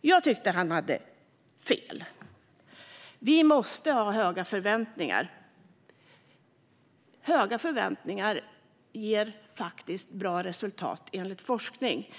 Jag tycker att han hade fel. Vi måste ha höga förväntningar. Höga förväntningar ger bra resultat enligt forskning.